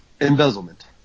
Embezzlement